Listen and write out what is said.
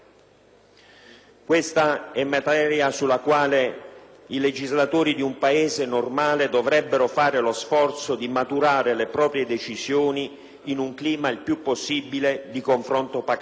Questa è materia sulla quale i legislatori di un Paese normale dovrebbero fare lo sforzo di maturare le proprie decisioni in un clima il più possibile di confronto pacato,